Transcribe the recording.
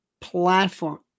platform